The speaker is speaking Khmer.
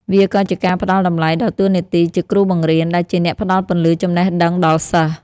វាក៏ជាការផ្ដល់តម្លៃដល់តួនាទីជាគ្រូបង្រៀន ដែលជាអ្នកផ្ដល់ពន្លឺចំណេះដឹងដល់សិស្ស។